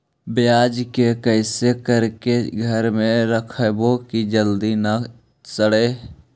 प्याज के कैसे करके घर में रखबै कि जल्दी न सड़ै?